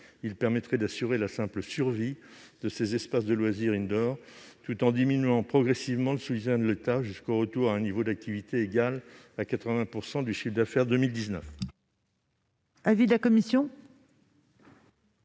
Il permettrait d'assurer la simple survie de ces espaces de loisirs, tout en diminuant progressivement le soutien de l'État jusqu'au retour à un niveau d'activité égal à 80 % du chiffre d'affaires de 2019. Quel est l'avis de la commission ?